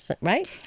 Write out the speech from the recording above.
Right